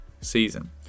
season